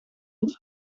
het